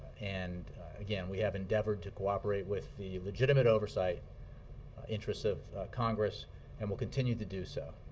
and again, we have endeavored to cooperate with the legitimate oversight interests of congress and will continue to do so.